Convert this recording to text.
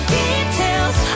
details